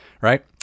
Right